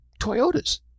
Toyotas